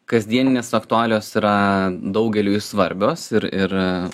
kasdienės aktualijos yra daugeliui svarbios ir ir